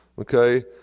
okay